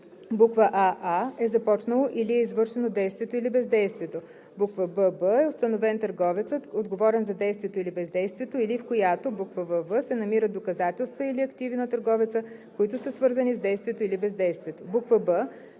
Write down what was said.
аа) е започнало или е извършено действието или бездействието; бб) е установен търговецът, отговорен за действието или бездействието, или в която вв) се намират доказателства или активи на търговеца, които са свързани с действието или бездействието;